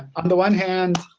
on the one hand,